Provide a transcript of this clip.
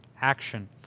Action